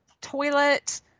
toilet